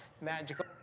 magical